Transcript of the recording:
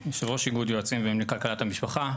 יושב ראש איגוד יועצים ומאמנים לכלכלת המשפחה.